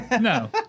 No